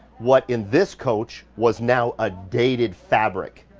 what in this coach was now a dated fabric.